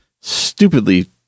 stupidly